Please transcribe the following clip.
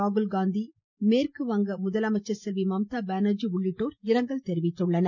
ராகுல்காந்தி மேற்கு வங்க முதலமைச்சர் செல்வி மம்தா பானர்ஜி உள்ளிட்டோர் இரங்கல் தெரிவித்துள்ளனர்